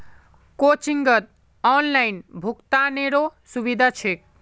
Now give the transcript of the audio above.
कोचिंगत ऑनलाइन भुक्तानेरो सुविधा छेक